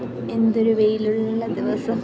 എന്തൊരു വെയിലുള്ള ദിവസം